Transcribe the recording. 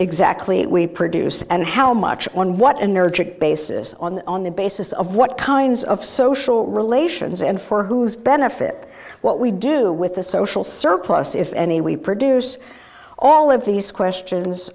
exactly we produce and how much what an urgent basis on the basis of what kinds of social relations and for whose benefit what we do with the social surplus if any we produce all of these questions